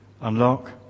unlock